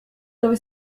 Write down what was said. dove